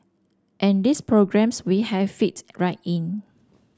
and these programmes we have fit right in